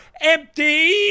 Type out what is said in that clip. empty